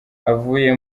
avuye